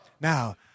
now